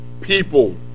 people